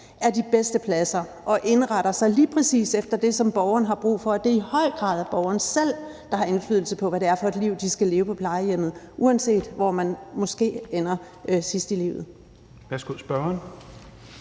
er de bedste pladser og indretter sig lige præcis efter det, som borgeren har brug for, og at det i høj grad er borgeren selv, der har indflydelse på, hvad det er for et liv, man skal leve på plejehjemmet, uanset hvor man måske ender sidst i livet. Kl. 11:10 Fjerde